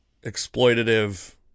exploitative